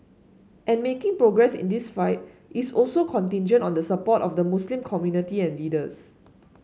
and making progress in this fight is also contingent on the support of the Muslim community and leaders